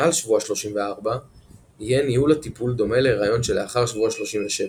מעל שבוע 34 - יהיה ניהול הטיפול דומה להריון שלאחר שבוע 37,